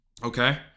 Okay